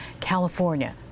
California